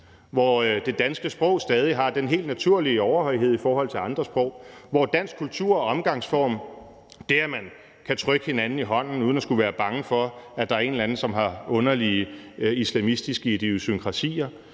hvor det danske sprog stadig har den helt naturlige overhøjhed i forhold til andre sprog; hvor dansk kultur og omgangsform er bevaret – altså det, at man kan trykke hinanden i hånden uden at skulle være bange for, at der er en eller anden, som har underlige islamistiske idiosynkrasier;